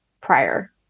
prior